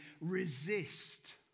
resist